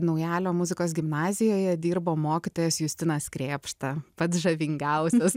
naujalio muzikos gimnazijoje dirbo mokytojas justinas krėpšta pats žavingiausias